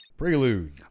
Prelude